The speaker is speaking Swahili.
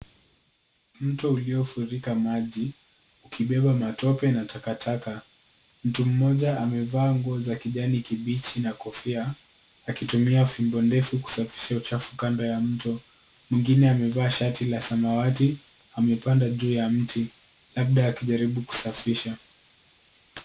Mto uliofurika maji, ukibeba matope na takataka. Mtu mmoja amevaa nguo za kijani kibichi na kofia, akitumia fimbo ndefu kusafisha uchafu kando ya mto. Mwingine amevaa shati la samawati, amepanda juu ya mti, labda akijaribu kusafisha.